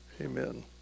Amen